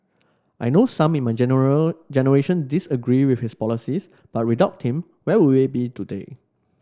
I know some in my general generation disagree with his policies but without him where would we be today